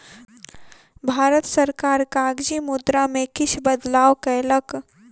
भारत सरकार कागजी मुद्रा में किछ बदलाव कयलक